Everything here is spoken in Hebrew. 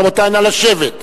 רבותי, נא לשבת.